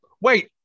Wait